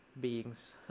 beings